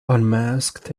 unmasked